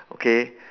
okay